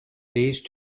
these